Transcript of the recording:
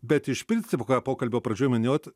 bet iš principo pokalbio pradžioj minėjot